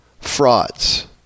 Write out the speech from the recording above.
frauds